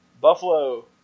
Buffalo